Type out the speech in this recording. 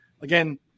Again